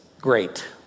great